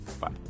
Bye